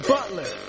Butler